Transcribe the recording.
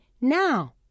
now